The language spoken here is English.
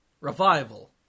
Revival